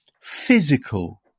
physical